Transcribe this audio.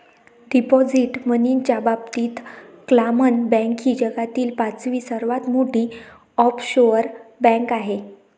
deposit मनीच्या बाबतीत क्लामन बँक ही जगातील पाचवी सर्वात मोठी ऑफशोअर बँक आहे